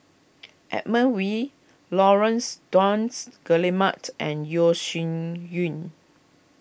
Edmund Wee Laurence Nunns Guillemard and Yeo Shih Yun